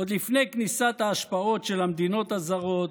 עוד לפני כניסת ההשפעות של המדינות הזרות,